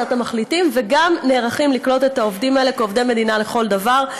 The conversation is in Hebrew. הצעת המחליטים וגם נערכים לקלוט את העובדים האלה כעובדי מדינה לכל דבר.